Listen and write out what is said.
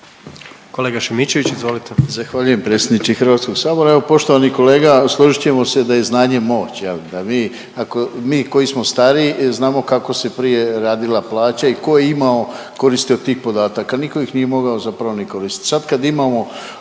Kolega Sačić, izvolite.